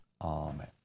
Amen